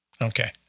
Okay